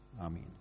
Amen